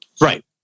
Right